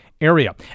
area